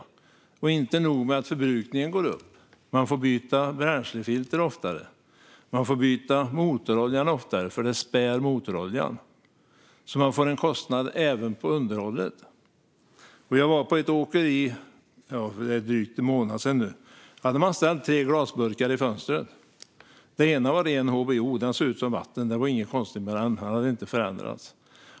Det är inte nog med att förbrukningen går upp - man får också byta bränslefilter och motorolja oftare. Det spär nämligen motoroljan. Man får alltså en kostnad även på underhållet. Jag var på ett åkeri för en dryg månad sedan. De hade ställt tre glasburkar i fönstret. I den ena var det ren HVO. Det såg ut som vatten. Det var inget konstigt med den burken. Den hade inte förändrats.